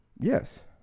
yes